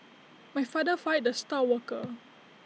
my father fired the star worker